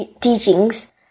teachings